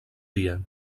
dia